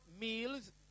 meals